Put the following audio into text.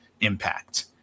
impact